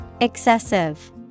Excessive